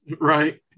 Right